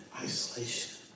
Isolation